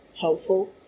helpful